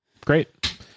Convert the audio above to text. great